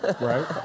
right